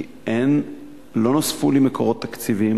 כי לא נוספו לי מקורות תקציביים